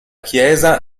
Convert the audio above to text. chiesa